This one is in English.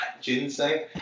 Ginseng